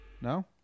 No